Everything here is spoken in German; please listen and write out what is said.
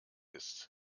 ist